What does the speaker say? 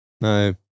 No